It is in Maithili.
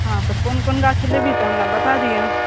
हँ तऽ कोन कोन गाछ लेबै तऽ हमरा बता दिहेँ